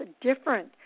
different